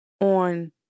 on